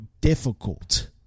difficult